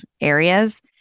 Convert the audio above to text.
areas